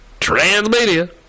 Transmedia